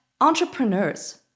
entrepreneurs